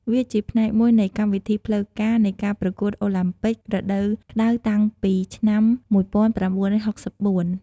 វាជាផ្នែកមួយនៃកម្មវិធីផ្លូវការនៃការប្រកួតអូឡាំពិករដូវក្តៅតាំងពីឆ្នាំ ១៩៦៤ ។